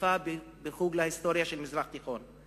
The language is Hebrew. חיפה בחוג להיסטוריה של המזרח התיכון.